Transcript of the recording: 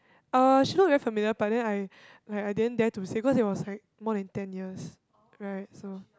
uh she not familiar but then I I I didn't dare to say cause it was like more than ten years right so